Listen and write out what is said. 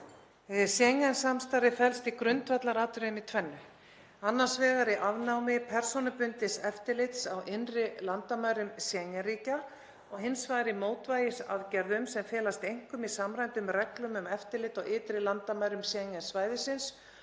Schengen-samstarfið felst í grundvallaratriðum í tvennu, annars vegar í afnámi persónubundins eftirlits á innri landamærum Schengen-ríkja og hins vegar mótvægisaðgerðum sem felast einkum í samræmdum reglum um eftirlit á ytri landamærum Schengen-svæðisins